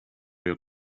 your